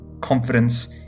confidence